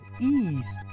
ease